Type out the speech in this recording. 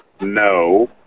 No